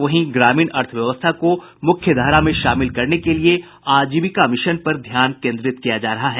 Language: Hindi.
वहीं ग्रामीण अर्थव्यवस्था को मुख्यधारा में शामिल करने के लिये आजीविका मिशन पर ध्यान केन्द्रित किया जा रहा है